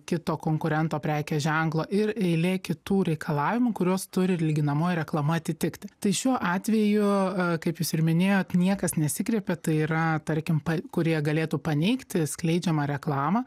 kito konkurento prekės ženklo ir eilė kitų reikalavimų kuriuos turi lyginamoji reklama atitikti tai šiuo atveju kaip jūs ir minėjot niekas nesikreipė tai yra tarkim kurie galėtų paneigti skleidžiamą reklamą